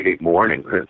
morning